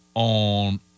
on